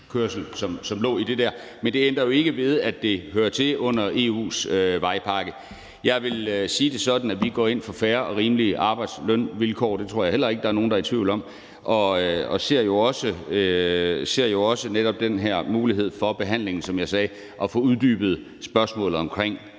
kørsel, som lå i det der. Men det ændrer jo ikke ved, at det hører til under EU's vejpakke. Jeg vil sige det sådan, at vi går ind for fair og rimelige arbejds- og lønvilkår – det tror jeg heller ikke nogen er i tvivl om – og vi ser jo også netop den her mulighed for behandlingen, som jeg sagde, altså at få uddybet spørgsmålet omkring